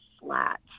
flat